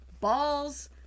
balls